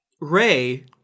Ray